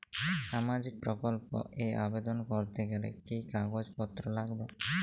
সামাজিক প্রকল্প এ আবেদন করতে গেলে কি কাগজ পত্র লাগবে?